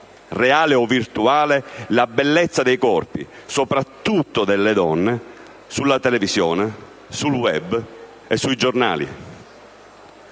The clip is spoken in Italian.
reale o virtuale, la bellezza dei corpi, soprattutto delle donne, sulla televisione, sul *web* e sui giornali.